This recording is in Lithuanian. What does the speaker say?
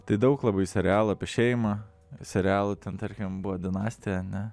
tai daug labai serialų apie šeimą serialų ten tarkim buvo dinastija ar ne